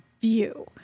view